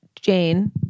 Jane